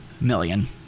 Million